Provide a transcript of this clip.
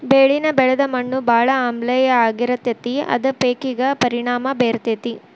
ಬೆಳಿನ ಬೆಳದ ಮಣ್ಣು ಬಾಳ ಆಮ್ಲೇಯ ಆಗಿರತತಿ ಅದ ಪೇಕಿಗೆ ಪರಿಣಾಮಾ ಬೇರತತಿ